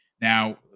Now